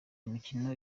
imikino